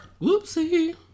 Whoopsie